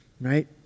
right